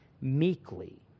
meekly